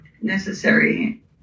necessary